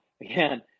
again